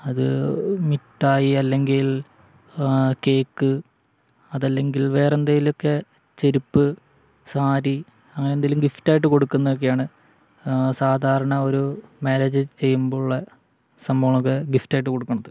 അത് മിട്ടായി അല്ലെങ്കിൽ കേക്ക് അതല്ലെങ്കിൽ വേറെയെന്തെങ്കിലുമൊക്കെ ചെരിപ്പ് സാരി അങ്ങനെയെന്തെങ്കിലും ഗിഫ്റ്റായിട്ട് കൊടുക്കുന്നതൊക്കെയാണ് സാധാരണ ഒരു മാരേജ് ചെയ്യുമ്പോഴുള്ള സംഭവങ്ങളൊക്കെ ഗിഫ്റ്റായിട്ട് കൊടുക്കുന്നത്